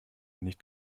nicht